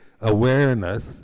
awareness